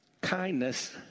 Kindness